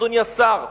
אדוני השר,